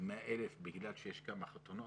100,000 תושבים בגלל שיש כמה חתונות,